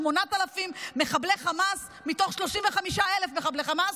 8,000 מחבלי חמאס מתוך 35,000 מחבלי חמאס.